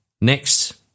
next